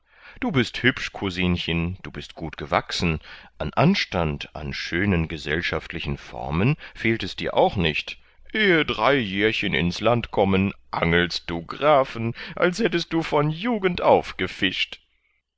du bist hübsch cousinchen du bist gut gewachsen an anstand an schönen gesellschaftlichen formen fehlt es dir auch nicht ehe drei jährchen ins land kommen angelst du grafen als hättest du von jugend